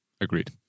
Agreed